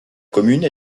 commune